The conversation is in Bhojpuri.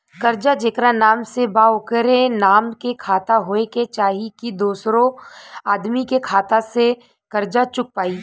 कर्जा जेकरा नाम से बा ओकरे नाम के खाता होए के चाही की दोस्रो आदमी के खाता से कर्जा चुक जाइ?